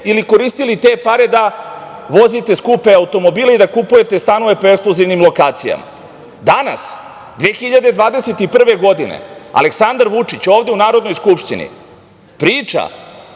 ili koristili te pare da vozite skupe automobile i da kupujete stanove po ekskluzivnim lokacijama. Danas, 2021. godine Aleksandar Vučić ovde u Narodnoj skupštini priča